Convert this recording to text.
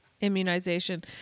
Immunization